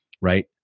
right